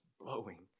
blowing